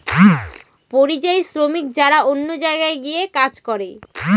পরিযায়ী শ্রমিক যারা অন্য জায়গায় গিয়ে কাজ করে